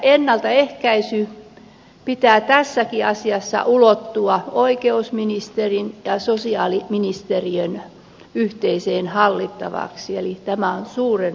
ennaltaehkäisyn pitää tässäkin asiassa ulottua oikeusministeriön ja sosiaaliministeriön yhteisesti hallittavaksi eli tämä on suuren luokan asia